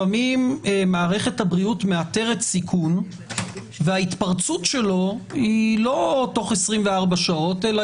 מערכת הבריאות מחשבת סיכון וההתפרצות היא לא תוך 24 שעות אלא